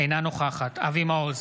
אינה נוכחת אבי מעוז,